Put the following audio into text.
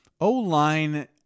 O-line